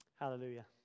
Hallelujah